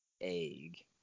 egg